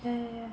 ya ya ya